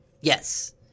Yes